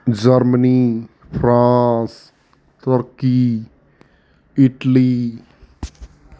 Germany France Turkey Italy